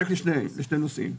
נושאים: